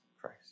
Christ